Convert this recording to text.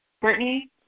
Brittany